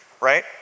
right